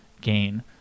gain